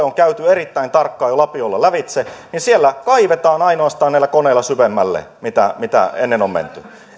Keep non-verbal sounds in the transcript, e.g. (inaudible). (unintelligible) on käyty erittäin tarkkaan jo lapiolla lävitse siellä ainoastaan kaivetaan näillä koneilla syvemmälle mitä mitä ennen on menty